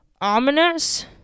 ominous